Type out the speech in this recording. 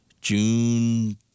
June